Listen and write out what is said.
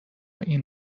این